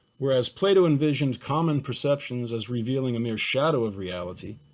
whereas plato envisions common perceptions as revealing a mere shadow of reality,